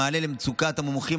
במענה למצוקת המומחים,